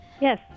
Yes